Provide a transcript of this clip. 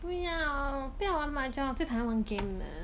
不要不要玩 mahjong 最讨厌玩 game 的